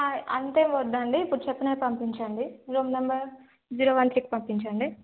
అంతే వద్దండి ఇప్పుడు చెప్నే పంపించండి రూమ్ నెంబర్ జీరో వన్ తక్ పంపించండి